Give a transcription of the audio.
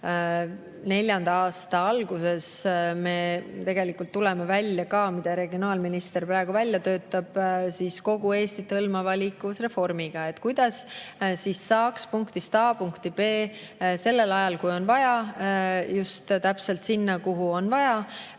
Ja 2024. aasta alguses me tegelikult tuleme välja [reformiga], mida regionaalminister praegu välja töötab, kogu Eestit hõlmava liikuvusreformiga. Kuidas siis saaks punktist A punkti B sellel ajal, kui on vaja, just täpselt sinna, kuhu on vaja?